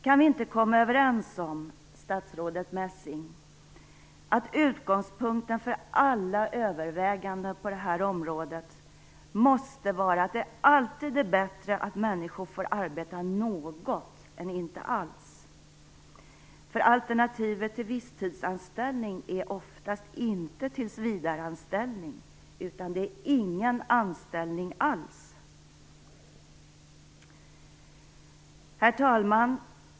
Kan vi inte komma överens om, statsrådet Messing, att utgångspunkten för alla överväganden på detta område måste vara att det alltid är bättre att människor får arbeta något än inte alls? För alternativet till visstidsanställning är oftast inte tillsvidareanställning, utan det är ingen anställning alls. Herr talman!